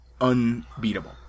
unbeatable